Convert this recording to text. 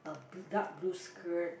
a blue dark blue skirt